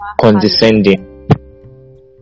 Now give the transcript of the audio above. condescending